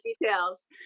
details